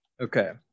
Okay